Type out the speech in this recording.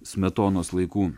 smetonos laikų